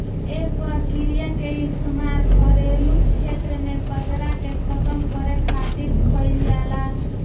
एह प्रक्रिया के इस्तेमाल घरेलू क्षेत्र में कचरा के खतम करे खातिर खातिर कईल जाला